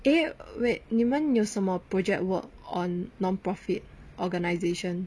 eh wait 你们有什么 project work on non-profit organisation